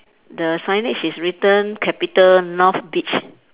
the signage is written capital north beach